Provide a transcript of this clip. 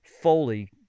fully